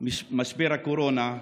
משבר הקורונה,